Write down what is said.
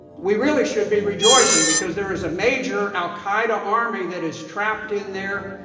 we really should be rejoicing, because there is a major al-qaeda army that is trapped in there,